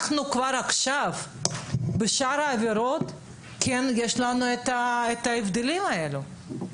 כבר עכשיו בשאר העבירות יש לנו את ההבדלים האלה.